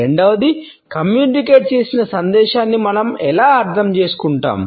రెండవది కమ్యూనికేట్ చేసిన సందేశాన్ని మనం ఎలా అర్థం చేసుకుంటాము